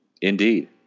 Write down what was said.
Indeed